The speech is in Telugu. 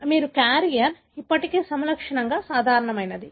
కాబట్టి మీరు క్యారియర్ ఇప్పటికీ సమలక్షణంగా సాధారణమైనది